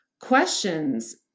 questions